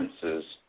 differences